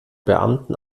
beamten